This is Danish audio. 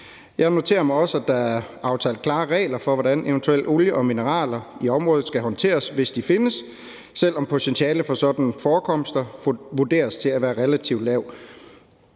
Jeg noterer mig også, at der er aftalt klare regler for, hvordan eventuelle forekomster af olie og mineraler i området skal håndteres, hvis de findes, selv om potentialet for sådanne forekomster vurderes til at være relativt lavt.